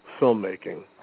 filmmaking